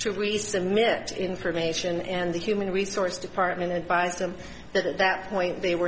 to resubmit information and the human resource department advised them that at that point they were